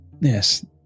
Yes